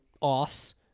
offs